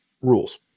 rules